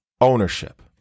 Ownership